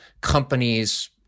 Companies